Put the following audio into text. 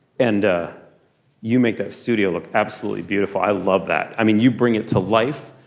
and you make that studio look absolutely beautiful. i love that. i mean you bring it to life.